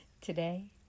today